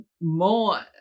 more